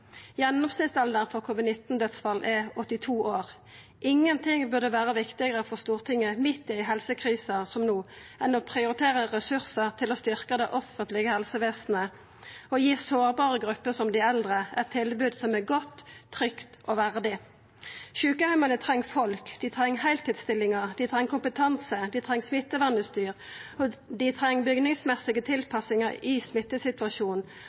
Gjennomsnittsalderen for dei som har døydd av covid-19, er 82 år. Ingenting burde vera viktigare for Stortinget, midt i ei helsekrise som no, enn å prioritera ressursar til å styrkja det offentlege helsevesenet og gi sårbare grupper som dei eldre eit tilbod som er godt, trygt og verdig. Sjukeheimane treng folk, dei treng heiltidsstillingar, dei treng kompetanse, dei treng smittevernutstyr, dei treng bygningsmessige tilpassingar i smittesituasjonen